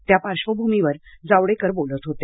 त्या पार्श्वभूमीवर जावडेकर बोलत होते